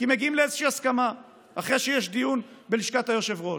כי מגיעים לאיזושהי הסכמה אחרי שיש דיון בלשכת היושב-ראש.